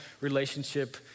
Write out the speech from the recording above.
relationship